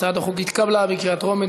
הצעת החוק התקבלה בקריאה טרומית,